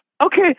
Okay